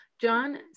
John